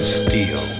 steel